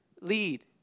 lead